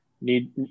need